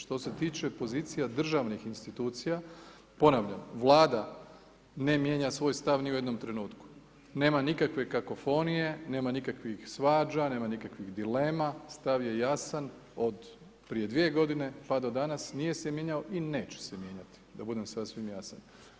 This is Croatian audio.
Što se tiče pozicija državnih institucija, ponavljam Vlada ne mijenja svoj stav ni u jednom trenutku nema nikakve kakofonije, nema nikakvih svađa, nema nikakvih dilema, stav je jasan od prije 2 godine pa do danas nije se mijenjao i neće se mijenjati da budem sasvim jasan.